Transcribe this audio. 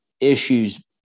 issues